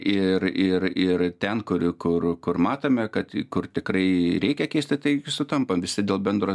ir ir ir ten kur kur kur matome kad kur tikrai reikia keisti tai sutampam visi dėl bendro